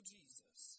Jesus